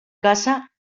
casa